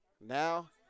Now